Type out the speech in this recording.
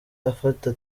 afata